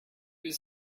was